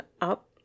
up